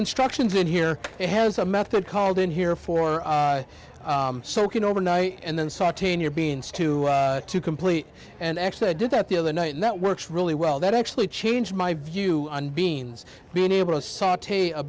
instructions and here has a method called in here for soaking overnight and then sartain your beans to to complete and actually i did that the other night and that works really well that actually changed my view on beans being able to